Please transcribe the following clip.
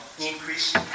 increase